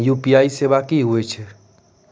UPI सेवा की होय छै?